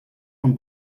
von